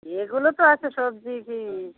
সেগুলো তো আছে সবজি কী